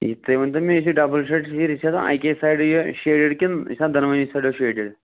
تُہۍ ؤنۍتَو مےٚ یُس یہِ ڈبُل شیڈ سیٖر چھِ یہِ چھِ آسان اَکے سایڈٕ یہِ شیڈِڈ کِنہٕ یہِ چھِ آسان دۄنوٕنی سایڈو شیڈِڈ